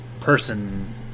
person